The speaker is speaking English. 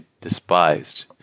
despised